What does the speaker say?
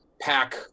pack